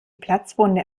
platzwunde